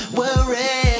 worry